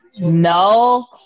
No